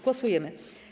Głosujemy.